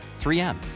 3M